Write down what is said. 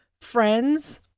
friends